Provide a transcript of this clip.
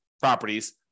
properties